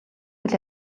үйл